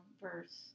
verse